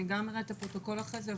אראה את הפרוטוקול אחרי זה,